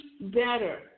better